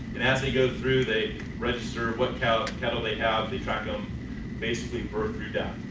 and as they go through they register what cattle cattle they have. they tracking them basically birth through death.